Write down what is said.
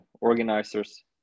organizers